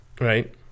Right